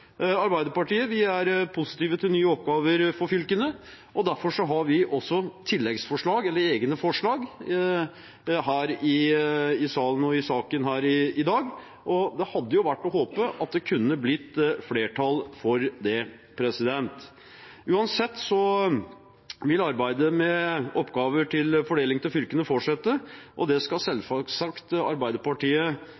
Arbeiderpartiet er positiv til nye oppgaver for fylkene, og derfor har vi også et eget forslag her i salen til saken i dag. Det hadde vært å håpe at det kunne blitt flertall for det. Uansett vil arbeidet med oppgaver til fordeling i fylkene fortsette, og det skal